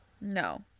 no